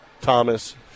Thomas